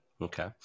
Okay